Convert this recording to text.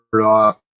off